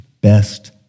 best